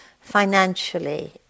financially